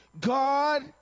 God